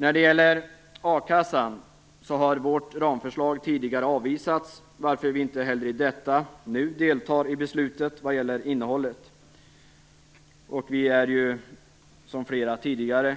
Vad gäller a-kassan har vårt ramförslag tidigare avvisats, varför vi nu inte heller i detta fall deltar i beslutet i fråga om innehållet. Vi är, som flera varit tidigare,